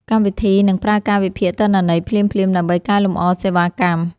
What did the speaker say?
កម្មវិធីនឹងប្រើការវិភាគទិន្នន័យភ្លាមៗ ដើម្បីកែលម្អសេវាកម្ម។